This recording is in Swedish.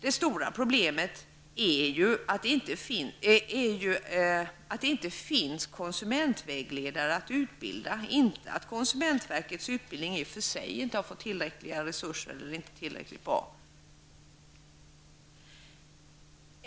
Det stora problemet är att det inte finns konsumentvägledare att utbilda, inte att konsumentverkets utbildning i och för sig inte har fått tillräckliga resurser eller inte är tillräckligt bra.